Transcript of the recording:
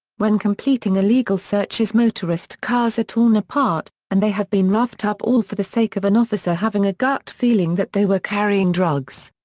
when completing illegal searches motorist cars are torn apart, and they have been roughed up all for the sake of an officer having a gut feeling that they were carrying drugs.